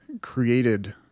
created